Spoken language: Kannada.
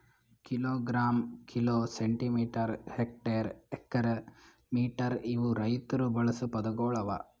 kilogram, kilo, centimetre, hectare, acre, metre ಇವು ರೈತುರ್ ಬಳಸ ಪದಗೊಳ್ ಅವಾ